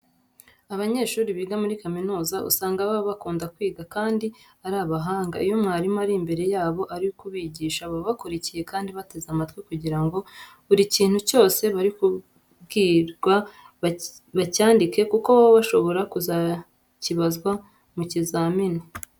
Abanyeshuri biga muri kaminuza usanga baba bakunda kwiga kandi ari abahanga. Iyo mwarimu ari imbere yabo ari kubigisha baba bakurikiye kandi bateze amatwi kugira ko buri kintu cyose bari kubwirwa bacyandike kuko baba bashobora kuzakibazwa mu kizamini.